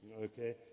okay